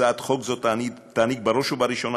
הצעת חוק זו תעניק בראש ובראשונה,